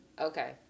Okay